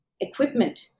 equipment